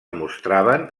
mostraven